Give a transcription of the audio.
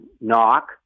knock